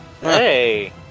Hey